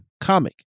comic